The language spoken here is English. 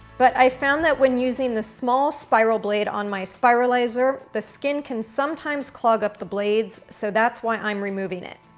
but i've found that when using the small spiral blade on my spiralizer, the skin can sometimes clog up the blades. so that's why i'm removing it.